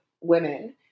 women